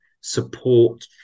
support